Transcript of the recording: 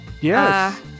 yes